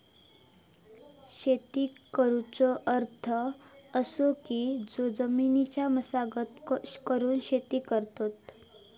शेती करुचो अर्थ असो की जो जमिनीची मशागत करून शेती करतत